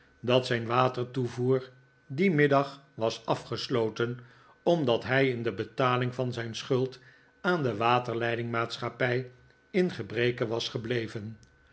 dat zijn watertoevoer dien middag was afgesloten omdat hij in de betaling van zijn schuld aan de waterleidingmaatschappij in gebreke was gebleven